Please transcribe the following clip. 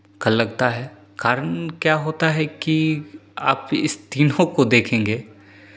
का लगता है कारण क्या होता है कि आप इस तीनों को देखेंगे